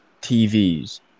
TVs